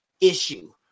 issue